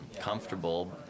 comfortable